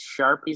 sharpies